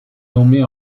nommée